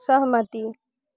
सहमति